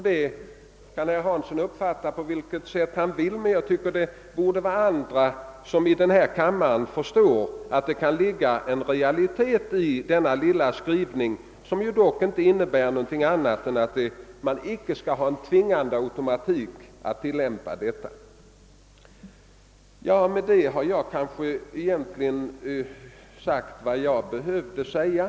Detta kan herr Hansson i Skegrie uppfatta hur han vill, men jag tycker att andra i denna kammare borde förstå att det kan ligga en realitet bakom denna skrivning och att ställningstagandet innebär att man inte skall ha en sådan automatik att den absolut tvingar fram en omotiverad tillämpning av systemet. Därmed har jag kanske sagt vad jag egentligen behöver säga.